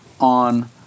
on